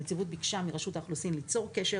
הנציבות ביקשה מרשות האוכלוסין ליצור קשר